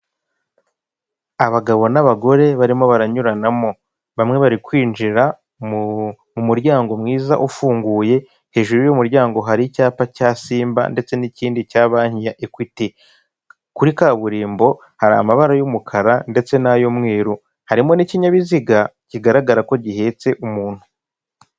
Abagabo n'abagore barimo baranyuranamo, bamwe bari kwinjira mu muryango mwiza ufunguye, hejuru y'umuryango hari icyapa cya simba ndetse n'ikindi cya banki ya ekwiti, kuri kaburimbo hari amabara y'umukara ndetse n'ay'umweru, harimo n'ikinyabiziga kigaragara ko gihetse umuntu.